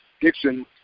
Dixon